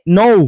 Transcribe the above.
no